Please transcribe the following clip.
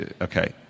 Okay